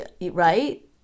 Right